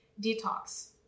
Detox